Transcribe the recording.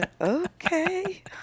Okay